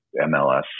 MLS